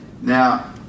Now